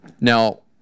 Now